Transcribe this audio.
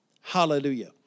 Hallelujah